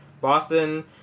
Boston